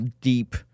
deep